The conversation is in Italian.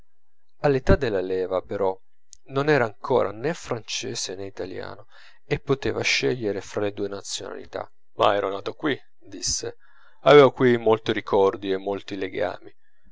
all'età della leva però non era ancora nè francese nè italiano e poteva scegliere fra le due nazionalità ma ero nato qui disse avevo qui molti ricordi e molti legami